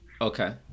okay